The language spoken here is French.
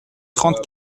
trente